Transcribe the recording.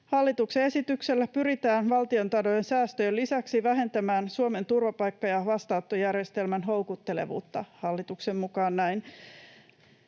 Hallituksen esityksellä pyritään valtiontalouden säästöjen lisäksi vähentämään Suomen turvapaikka- ja vastaanottojärjestelmän houkuttelevuutta — hallituksen mukaan näin.